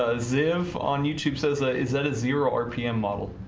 ah zip on youtube says that is that a zero rpm model?